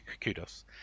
Kudos